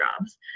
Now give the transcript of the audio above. jobs